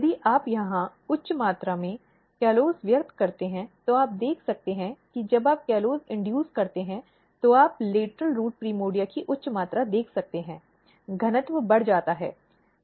यदि आप यहां उच्च मात्रा में कॉलोज़ व्यक्त करते हैं तो आप देख सकते हैं कि जब आप कॉलोज़ इंड्यूस करते हैं तो आप लेटरल रूट प्राइमर्डिया की उच्च मात्रा देख सकते हैं घनत्व बढ़ जाता है